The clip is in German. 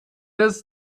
des